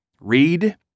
Read